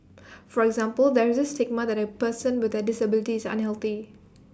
for example there's this stigma that A person with A disability is unhealthy